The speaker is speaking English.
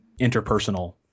interpersonal